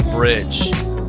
bridge